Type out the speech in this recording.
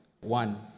one